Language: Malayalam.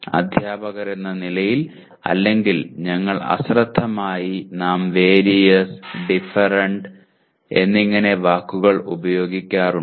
അദ്ധ്യാപകരെന്ന നിലയിൽ അല്ലെങ്കിൽ ഞങ്ങൾ അശ്രദ്ധമായി നാം വാരിയസ് ഡിഫറെൻറ് എന്നിങ്ങനെ വാക്കുകൾ ഉപയോഗിക്കാറുണ്ട്